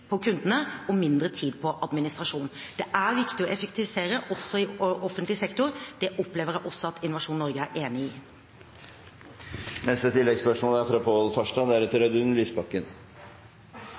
på kundene og mindre tid på administrasjon. Det er viktig å effektivisere også i offentlig sektor. Det opplever jeg at også Innovasjon Norge er